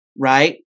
Right